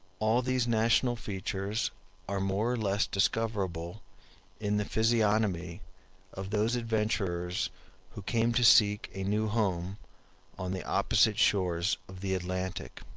all these national features are more or less discoverable in the physiognomy of those adventurers who came to seek a new home on the opposite shores of the atlantic.